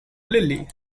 lily